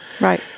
Right